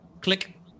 click